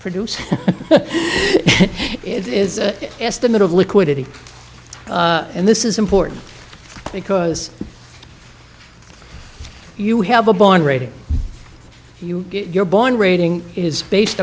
produce it is an estimate of liquidity and this is important because you have a bond rating you you're born rating is based